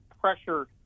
pressure